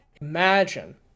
imagine